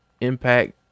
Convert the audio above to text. Impact